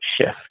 shift